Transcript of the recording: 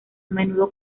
menudo